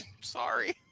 sorry